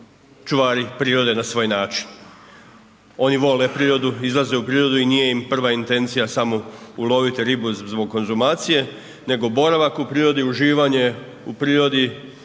čuvari prirode na svoj način. Oni vole prirodu, izlaze u prirodu i nije im prva intencija samo uloviti ribu zbog konzumacije, nego boravak u prirodi, uživanje u prirodi,